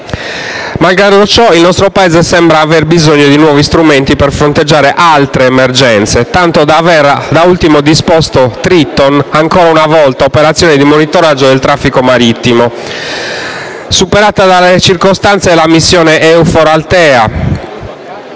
Malgrado ciò, il nostro Paese sembra aver bisogno di nuovi strumenti per fronteggiare altre emergenze, tanto da aver da ultimo disposto Triton, ancora un'altra operazione di monitoraggio del traffico marittimo. Superata dalle circostanze è la missione EUFOR Althea.